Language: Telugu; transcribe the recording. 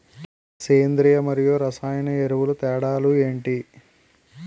సేంద్రీయ మరియు రసాయన ఎరువుల తేడా లు ఏంటి?